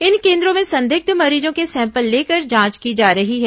इन केन्द्रों में संदिग्ध मरीजों के सैंपल लेकर जांच की जा रही है